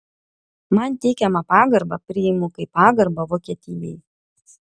man teikiamą pagarbą priimu kaip pagarbą vokietijai